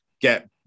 get